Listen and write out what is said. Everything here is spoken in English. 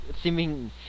seeming